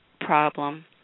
problem